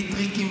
בלי טריקים,